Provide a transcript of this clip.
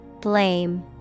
Blame